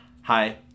Hi